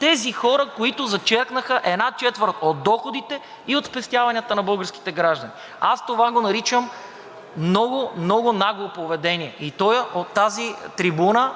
Тези хора, които зачеркнаха една четвърт от доходите и от спестяванията на българските граждани?! Аз това го наричам много нагло поведение. И то е от тази трибуна